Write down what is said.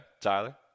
Tyler